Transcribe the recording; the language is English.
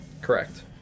Correct